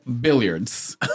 billiards